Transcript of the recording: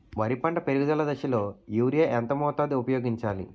వరి పంట పెరుగుదల దశలో యూరియా ఎంత మోతాదు ఊపయోగించాలి?